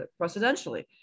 precedentially